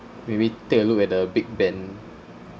maybe take a look at the big ben